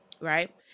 right